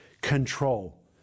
control